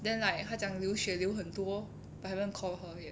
then like 她讲流血流很多 but haven't call her yet